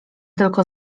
tylko